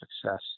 success